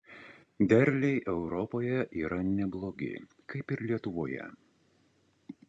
derliai europoje yra neblogi kaip ir lietuvoje